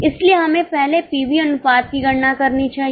इसलिए हमें पहले पीवी अनुपात की गणना करनी चाहिए